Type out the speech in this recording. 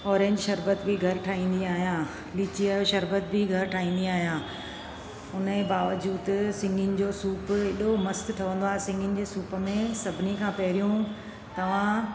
orange शरबत बि घर ठाईंदी आयां लिची वारी शरबत बि घर ठाईंदी आहियां उन जे बावजूदि सिंघिनि जो सूप हेॾो मस्तु ठहंदो आहे सिंघिनि जे सूप में सभिनी खां पहिरियों तव्हां